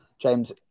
James